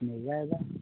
मिल जाएगा